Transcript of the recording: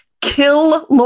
kill